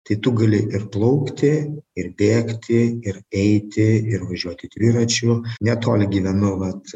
tai tu gali ir plaukti ir bėgti ir eiti ir važiuoti dviračiu netoli gyvenu vat